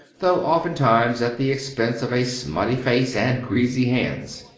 though oftentimes at the expense of a smutty face and greasy hands.